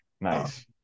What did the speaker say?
Nice